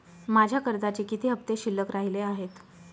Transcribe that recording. माझ्या कर्जाचे किती हफ्ते शिल्लक राहिले आहेत?